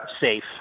safe